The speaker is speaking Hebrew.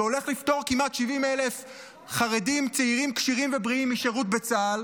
שהולך לפטור כמעט 70,000 חרדים צעירים כשירים ובריאים משירות בצה"ל,